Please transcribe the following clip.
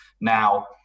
Now